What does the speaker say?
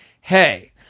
hey